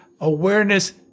Awareness